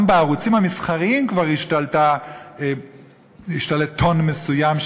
גם בערוצים המסחריים כבר השתלט טון מסוים,